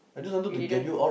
you didn't